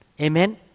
Amen